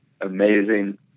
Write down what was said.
amazing